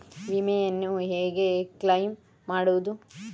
ವಿಮೆಯನ್ನು ಹೇಗೆ ಕ್ಲೈಮ್ ಮಾಡುವುದು?